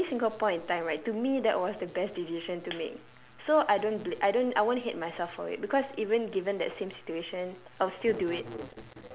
at every single point in time right to me that was the best decision to make so I don't bla~ I don't I won't hate myself for it because even given that same situation I'll still do it